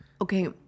Okay